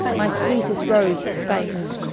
my sweetest rose, a space,